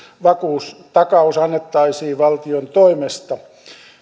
vakuustakaus annettaisiin valtion toimesta